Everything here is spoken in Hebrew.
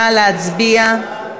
נא להצביע.